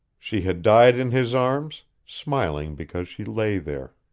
she had died in his arms, smiling because she lay there.